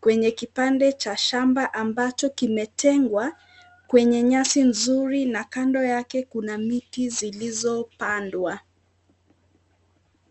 kwenye kipande cha shamba ambacho kimetengwa kwenye nyasi nzuri na kando yake kuna miti zilizo pandwa.